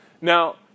Now